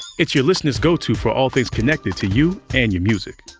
it's your listener's go-to for all things connected to you and your music.